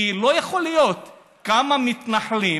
כי לא יכול להיות שכמה מתנחלים,